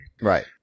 Right